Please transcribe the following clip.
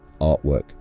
artwork